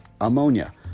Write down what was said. ammonia